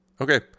okay